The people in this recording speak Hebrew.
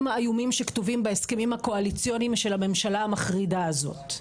האיומים שכתובים בהסכמים הקואליציוניים של הממשלה המחרידה הזאת,